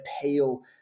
Appeal